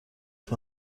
فقط